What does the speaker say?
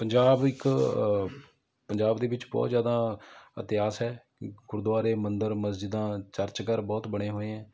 ਪੰਜਾਬ ਇੱਕ ਪੰਜਾਬ ਦੇ ਵਿੱਚ ਬਹੁਤ ਜ਼ਿਆਦਾ ਇਤਿਹਾਸ ਹੈ ਗੁਰਦੁਆਰੇ ਮੰਦਰ ਮਸਜਿਦਾਂ ਚਰਚ ਘਰ ਬਹੁਤ ਬਣੇ ਹੋਏ ਹੈ